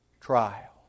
trial